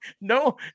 No